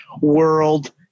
world